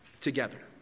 together